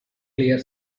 clear